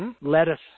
lettuce